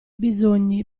bisogni